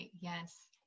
yes